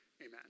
Amen